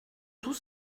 tout